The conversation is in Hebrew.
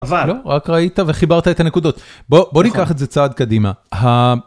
רק ראית וחיברת את הנקודות בוא בוא ניקח את זה צעד קדימה.